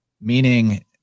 meaning